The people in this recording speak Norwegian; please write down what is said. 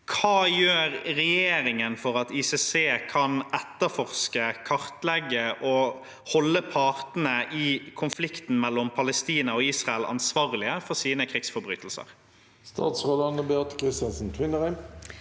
Hva gjør regjeringen for at ICC kan etterforske, kartlegge og holde partene i konflikten mellom Palestina og Israel ansvarlige for sine krigsforbrytelser?» Statsråd Anne Beathe Kristiansen Tvinnereim